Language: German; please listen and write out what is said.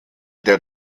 der